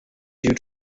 due